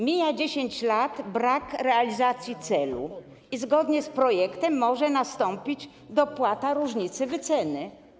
Mija 10 lat - brak realizacji celu i zgodnie z projektem może nastąpić dopłata różnicy wyceny.